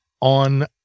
on